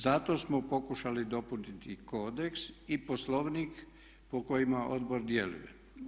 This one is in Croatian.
Zato smo pokušali dopuniti i kodeks i poslovnik po kojem odbor djeluje.